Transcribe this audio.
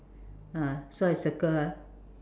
ah so I circle ah